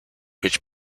which